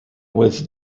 was